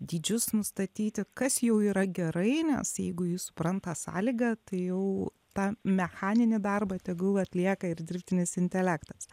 dydžius nustatyti kas jau yra gerai nes jeigu jis supranta sąlygą tai jau tą mechaninį darbą tegul atlieka ir dirbtinis intelektas